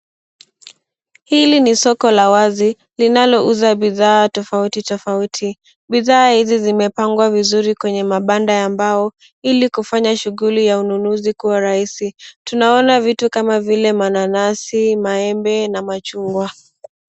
Hili ni soko la wazi linalouza bidhaa tofauti tofauti. Bidhaa hizi zimepangwa vizuri kwenye mabanda ya mbao ili kufanya shughuli ya ununuzi kuwa rahisi. Tunaona vitu kama vile mananasi, maembe na machungwa.